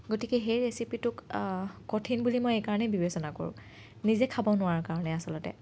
গতিকে সেই ৰেচিপিটোক কঠিন বুলি মই এইকাৰণেই বিবেচনা কৰোঁ নিজে খাব নোৱাৰাৰ কাৰণে আচলতে